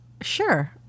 Sure